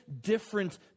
different